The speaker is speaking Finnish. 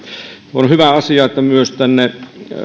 on hyvä asia että myös tänne